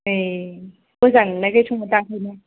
ए मोजां नुनायखाय सोंहरदां बिदिनो